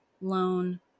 loan